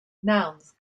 nouns